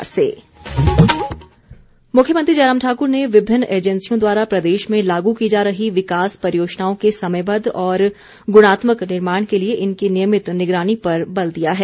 मुख्यमंत्री मुख्यमंत्री जयराम ठाकुर ने विभिन्न एजेंसियों द्वारा प्रदेश में लागू की जा रही विकास परियोजनाओं के समयबद्ध और गुणात्मक निर्माण के लिए इनकी नियमित निगरानी पर बल दिया है